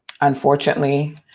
Unfortunately